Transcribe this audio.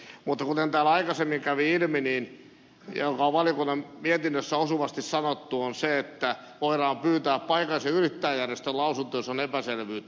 mutta kuten täällä aikaisemmin kävi ilmi ja kuten on valiokunnan mietinnössä osuvasti sanottu voidaan pyytää paikallisen yrittäjäjärjestön lausunto jos on epäselvyyttä